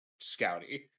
Scouty